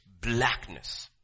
blackness